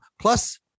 Plus